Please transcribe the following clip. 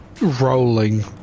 rolling